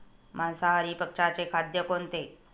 मांसाहारी पक्ष्याचे खाद्य कोणते?